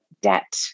debt